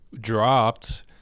dropped